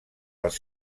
les